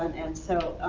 and and so,